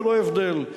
בלא הבדל.